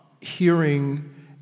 hearing